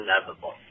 inevitable